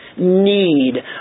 need